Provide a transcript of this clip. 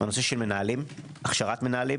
בנושא של מנהלים, והכשרת מנהלים